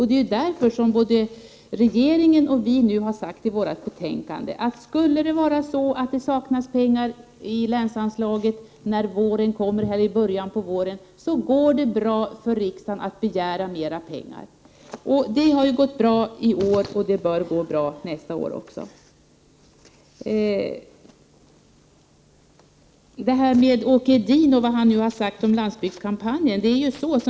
Det är ju därför som både regeringen och utskottsmajoriteten har sagt, att skulle det saknas pengar beträffande länsanslaget i början av våren, går det bra för riksdagen att begära mera pengar. Det har gått bra i år, och det bör också gå bra nästa år. Sedan till det som Åke Edin har sagt om landsbygskampanjen.